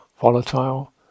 volatile